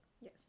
Yes